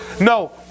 No